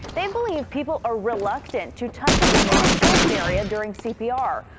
they believe people are reluctant to touch a woman's chest area during c p r.